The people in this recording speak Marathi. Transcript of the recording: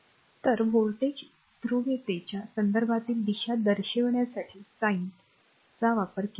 तर व्होल्टेज ध्रुवीयतेच्या संदर्भातील दिशा दर्शविण्यासाठी साईनचा वापर केला जातो